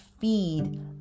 feed